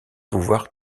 pouvoir